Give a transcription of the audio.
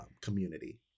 community